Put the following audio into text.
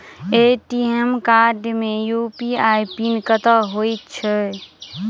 ATM card मे UPI PIN कतह होइ है?